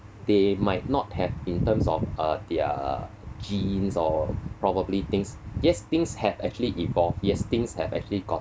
they might not have in terms of uh their genes or probably things yes things have actually evolve yes things have actually got~